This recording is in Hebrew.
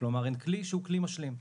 כלומר הן כלי שהוא כלי משלים.